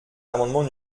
l’amendement